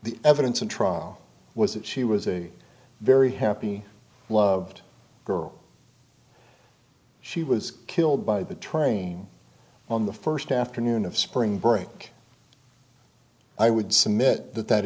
the evidence of trial was that she was a very happy loved girl she was killed by the train on the first afternoon of spring break i would submit that that